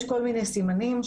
יש כל מיני סימנים,